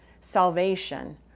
salvation